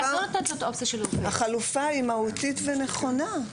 --- החלופה היא מהותית ונכונה.